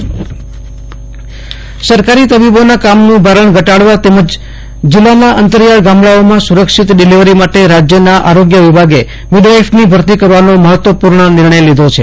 Ashutosh Antani Bhuj midwife ભરતી સરકારી તબીબોના કામનું ભારણ ઘટાડવા તેમજ જિલ્લાના અંતરિયાળ ગામડાઓમાં સુરક્ષિત ડિલિવરી માટે રાજયના આરોગ્ય વિભાગે મિડવાઈફની ભરતી કરવાનો મફત્વપુર્ણ નિર્ણય લીધો છે